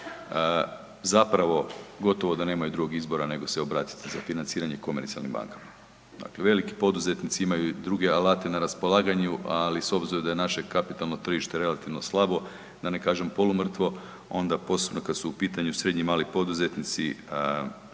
zapravo gotovo da nemaju drugog izbora nego se obratiti za financiranje komercionalnim bankama. Dakle, veliki poduzetnici imaju i druge alate na raspolaganju, ali s obzirom da je naše kapitalno tržište relativno slabo, da ne kažem polumrtvo, onda posebno kad su u pitanju srednji i mali poduzetnici,